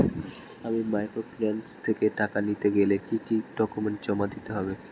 আমি মাইক্রোফিন্যান্স থেকে টাকা নিতে গেলে কি কি ডকুমেন্টস জমা দিতে হবে?